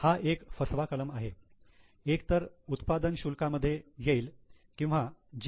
हा एक फसवा कलम आहे एक तर उत्पादन शुल्कामध्ये येईल किंवा जी